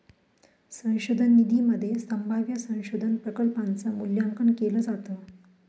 संशोधन निधीमध्ये संभाव्य संशोधन प्रकल्पांच मूल्यांकन केलं जातं